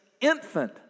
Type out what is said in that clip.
infant